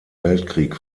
weltkrieg